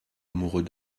amoureux